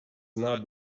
not